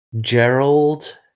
gerald